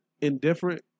indifferent